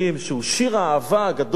שהוא שיר האהבה הגדול,